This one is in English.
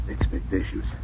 expectations